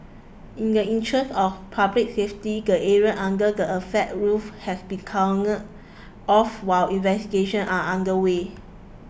in the interest of public safety the area under the affected roof has been cordoned off while investigations are underway